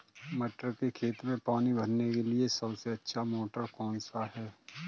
मटर के खेत में पानी भरने के लिए सबसे अच्छा मोटर कौन सा है?